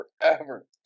forever